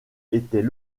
était